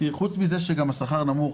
חוץ מזה שגם השכר נמוך,